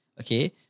Okay